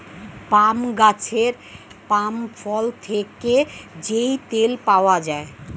পাম গাছের পাম ফল থেকে যেই তেল পাওয়া যায়